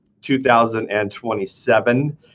2027